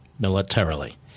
militarily